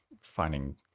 finding